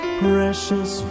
precious